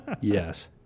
Yes